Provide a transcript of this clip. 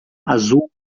azul